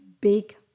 big